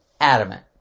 adamant